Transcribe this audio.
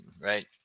right